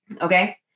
Okay